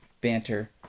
banter